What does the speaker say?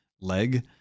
leg